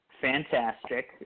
fantastic